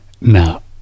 Now